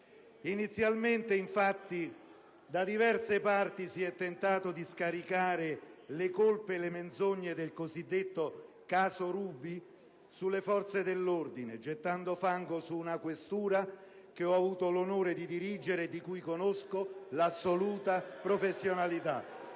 Inizialmente, infatti, da diverse parti si è tentato di scaricare le colpe e le menzogne del cosiddetto caso Ruby sulle forze dell'ordine, gettando fango su una questura che ho avuto l'onore di dirigere e di cui conosco l'assoluta professionalità.